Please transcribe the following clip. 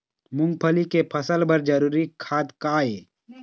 मूंगफली के फसल बर जरूरी खाद का ये?